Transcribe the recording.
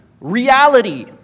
reality